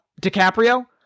DiCaprio